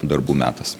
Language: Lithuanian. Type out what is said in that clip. darbų metas